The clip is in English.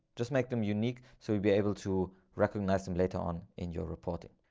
just make them unique so to be able to recognize them later on in your reporting.